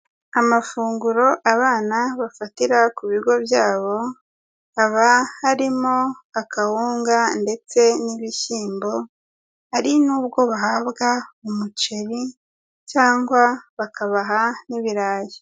Amafunguro abana bafatira ku bigo byabo, haba harimo akawunga ndetse n'ibishyimbo. Hari nubwo bahabwa umuceri cyangwa bakabaha n'ibirayi.